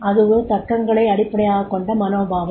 அது ஒரு தர்க்கங்களை அடிப்படையாகக் கொண்ட மனோபாவம்